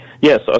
Yes